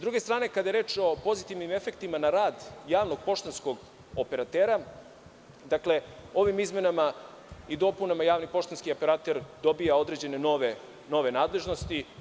druge strane kada je reč o pozitivnim efektima na rada javnog poštanskog operatera, dakle, ovim izmenama i dopunama javni poštanski operater dobija određene nove nadležnosti.